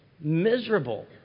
Miserable